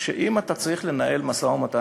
שאם אתה צריך לנהל משא-ומתן,